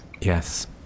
yes